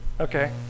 Okay